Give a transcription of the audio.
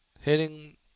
Hitting